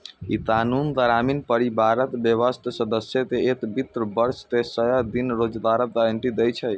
ई कानून ग्रामीण परिवारक वयस्क सदस्य कें एक वित्त वर्ष मे सय दिन रोजगारक गारंटी दै छै